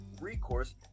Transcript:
recourse